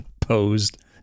posed